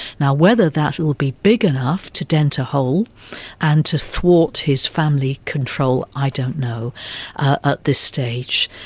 now whether that will be big enough to dent a hole and to thwart his family control, i don't know at this stage.